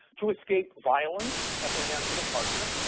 to escape violence at the hands of a partner,